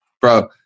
Bro